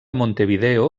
montevideo